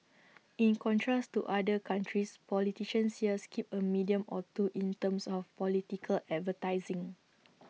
in contrast to other countries politicians here skip A medium or two in terms of political advertising